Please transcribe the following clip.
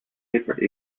separate